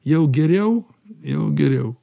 jau geriau jau geriau